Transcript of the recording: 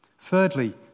Thirdly